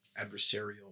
adversarial